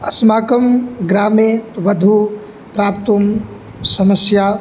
अस्माकं ग्रामे वधूं प्राप्तुं समस्या